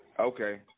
Okay